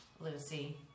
Lucy